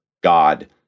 God